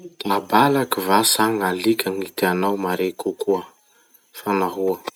Gn'abalaky va sa gn'alika gny tianao mare kokoa? Fa nahoa?